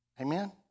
Amen